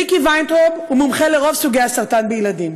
מיקי וינטראוב הוא מומחה לרוב סוגי הסרטן בילדים,